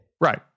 Right